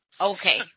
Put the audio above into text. Okay